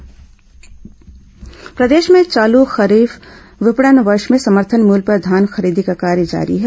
धान कार्रवाई प्रदेश में चालू खरीफ विपणन वर्ष में समर्थन मूल्य पर धान खरीदी का कार्य जारी है